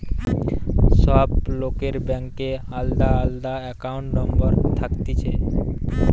সব লোকের ব্যাংকে আলদা আলদা একাউন্ট নম্বর থাকতিছে